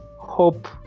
hope